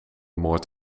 moord